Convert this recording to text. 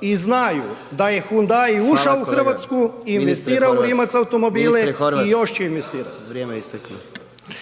i znaju da je Hyundai ušao u Hrvatsku … …/Upadica predsjednik: